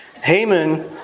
Haman